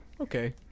okay